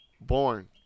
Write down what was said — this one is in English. Born